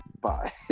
bye